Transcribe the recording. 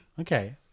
Okay